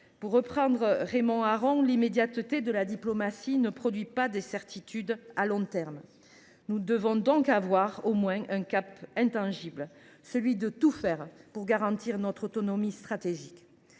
la pensée de Raymond Aron, l’immédiateté de la diplomatie ne produit pas de certitudes à long terme. Aussi, nous devons garder au moins un cap intangible, celui de tout faire pour garantir notre autonomie stratégique.